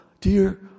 dear